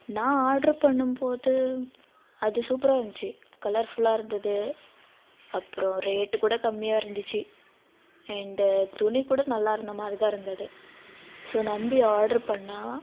நான் ஆர்டர் பண்ணும்போது அது சூப்பராக இருந்துச்சு கலர்ஃபுல்லாக இருந்தது அப்புறம் ரேட்டு கூட கம்மியாக இருந்துச்சு அண்டு துணி கூட நல்லா இருந்த மாதிரி தான் இருந்தது ஸோ நம்பி ஆர்டர் பண்ணால்